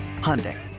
Hyundai